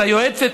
היועצת,